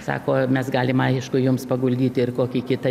sako mes galim aišku jums paguldyti ir kokį kitą